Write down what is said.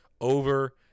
over –